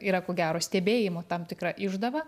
yra ko gero stebėjimo tam tikra išdava